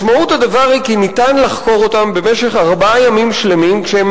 משמעות הדבר היא כי אפשר לחקור אותם במשך ארבעה ימים שלמים כשהם